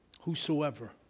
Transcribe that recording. Whosoever